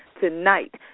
tonight